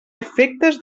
efectes